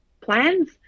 plans